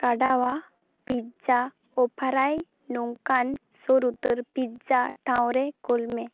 pizza ᱚᱯᱷᱟᱨᱟᱭ ᱱᱚᱝᱠᱟᱱ ᱥᱳᱨ ᱩᱛᱟᱹᱨ ᱯᱤᱡᱽᱡᱟ ᱴᱷᱟᱶᱨᱮ ᱠᱳᱞᱢᱮ